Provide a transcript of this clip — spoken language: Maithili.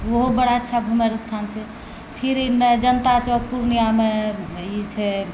ओहो बड़ा अच्छा घूमय रऽ स्थान छै फिर एने जनता चौक पूर्णियामे ई छै